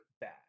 bad